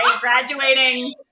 graduating